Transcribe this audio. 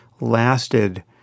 lasted